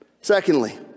Secondly